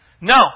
No